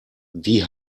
die